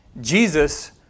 Jesus